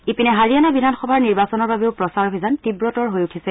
ইপিনে হাৰিয়ানা বিধান সভাৰ নিৰ্বাচনৰ বাবেও প্ৰচাৰ অভিযান তীৱতৰ হৈ উঠিছে